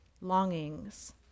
longings